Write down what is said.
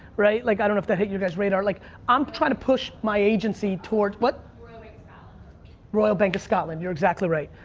right, like i don't know if that hit your guys' radar. like i'm trying to push my agency towards, what? royal bank of scotland, you're exactly right.